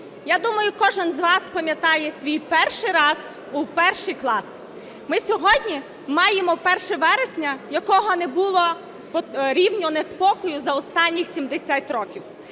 Я думаю, кожен з вас пам'ятає свій перший раз у перший клас. Ми сьогодні маємо 1 вересня, якого не було по рівню неспокою за останніх 70 років.